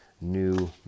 new